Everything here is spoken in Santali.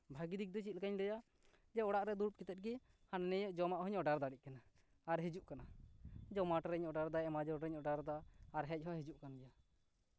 ᱵᱷᱟᱜᱮ ᱫᱤᱠ ᱫᱚ ᱪᱮᱫ ᱞᱮᱠᱟᱧ ᱞᱟᱹᱭᱟ ᱡᱮ ᱚᱲᱟᱜ ᱨᱮ ᱫᱩᱲᱩᱵ ᱠᱟᱛᱮᱫ ᱜᱮ ᱦᱤᱱᱟᱹ ᱱᱤᱭᱟᱹ ᱡᱚᱢᱟᱜ ᱦᱚᱸᱧ ᱚᱰᱟᱨ ᱫᱟᱲᱮᱭᱟᱜ ᱠᱟᱱᱟ ᱟᱨ ᱦᱤᱡᱩᱜ ᱠᱟᱱᱟ ᱡᱚᱢᱟᱴᱳ ᱨᱤᱧ ᱚᱰᱟᱨ ᱫᱟ ᱮᱢᱟᱡᱚᱱ ᱨᱮᱧ ᱚᱰᱟᱨ ᱫᱟ ᱟᱨ ᱦᱮᱡ ᱦᱚᱸ ᱦᱤᱡᱩᱜ ᱠᱟᱱ ᱜᱮᱭᱟ